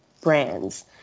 brands